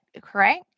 Correct